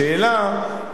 השאלה,